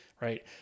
right